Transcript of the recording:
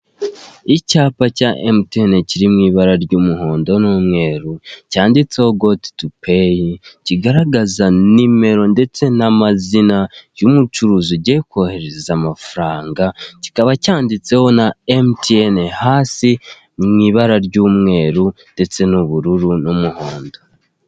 Icyapa cya emutiyene kiri mu ibara ry'umuhondo n'umweru cyanditseho goti tu peyi kigaragaza nimero ndetse n'amazina y'umucuruzi ugiye kohereza amafaranga, kikaba cyanditseho na emutiyene hasi mu ibara ry'umweru ndetse n'ubururu n'umuhondo.